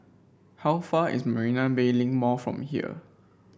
how far is Marina Bay Link Mall from here